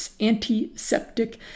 antiseptic